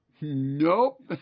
Nope